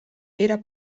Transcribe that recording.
era